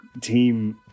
team